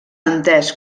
entès